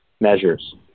measures